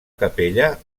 capella